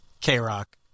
K-Rock